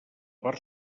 part